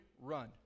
run